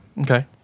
Okay